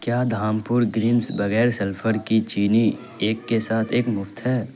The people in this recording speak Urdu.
کیا دھامپور گرینس بغیر سلفر کی چینی ایک کے ساتھ ایک مفت ہے